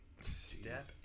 Step